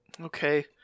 Okay